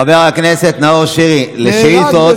חברי הכנסת, לשאילתות, אמרת לחיילים ללמוד?